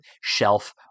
shelf